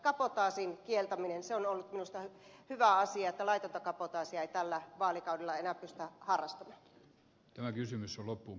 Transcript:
kabotaasin kieltäminen on ollut minusta hyvä asia ja se että laitonta kabotaasia ei tällä vaalikaudella enää pystytä harrastamaan